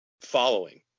following